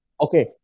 Okay